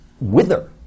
wither